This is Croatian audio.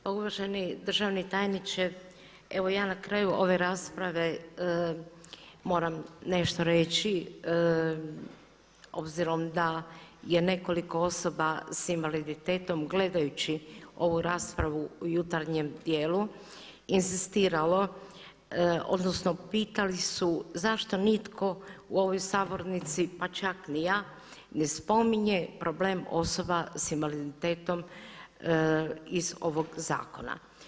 Pa uvaženi državni tajniče, evo ja na kraju ove rasprave moram nešto reći obzirom da je nekoliko osoba sa invaliditetom gledajući ovu raspravu u jutarnjem dijelu inzistiralo, odnosno pitali su zašto nitko u ovoj sabornici pa čak ni ja ne spominje problem osoba sa invaliditetom iz ovog zakona.